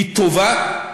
היא טובה,